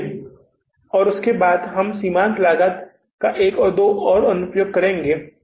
उसके बाद हम सीमांत लागत का एक या दो और अनुप्रयोग करेंगे